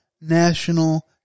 national